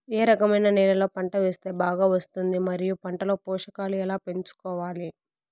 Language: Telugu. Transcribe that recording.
ఏ రకమైన నేలలో పంట వేస్తే బాగా వస్తుంది? మరియు పంట లో పోషకాలు ఎలా పెంచుకోవాలి?